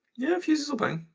yeah, fuses'll bang.